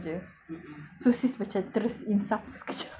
that I'm wearing for the sake of covering jer